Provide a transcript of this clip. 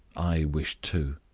i wish too.